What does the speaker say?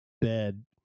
bed